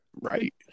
Right